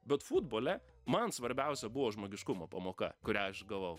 bet futbole man svarbiausia buvo žmogiškumo pamoka kurią aš gavau